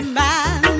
man